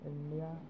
India